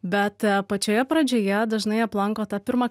bet pačioje pradžioje dažnai aplanko tą pirmą